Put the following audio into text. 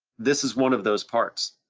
this is one of those parts.